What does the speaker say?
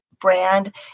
brand